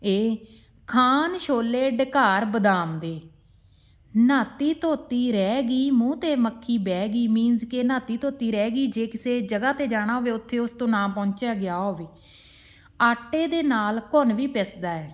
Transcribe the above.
ਇਹ ਖਾਣ ਛੋਲੇ ਡਕਾਰ ਬਦਾਮ ਦੇ ਨਾਤੀ ਧੋਤੀ ਰਹਿ ਗਈ ਮੂੰਹ 'ਤੇ ਮੱਖੀ ਬਹਿ ਗਈ ਮੀਨਸ ਕਿ ਨਹਾਤੀ ਧੋਤੀ ਰਹਿ ਗਈ ਜੇ ਕਿਸੇ ਜਗ੍ਹਾ 'ਤੇ ਜਾਣਾ ਹੋਵੇ ਉੱਥੇ ਉਸ ਤੋਂ ਨਾ ਪਹੁੰਚਿਆ ਗਿਆ ਹੋਵੇ ਆਟੇ ਦੇ ਨਾਲ ਘੁਣ ਵੀ ਪਿਸਦਾ ਹੈ